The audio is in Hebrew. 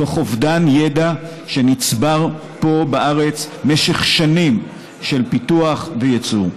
תוך אובדן ידע שנצבר פה בארץ במשך שנים של פיתוח וייצור.